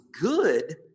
good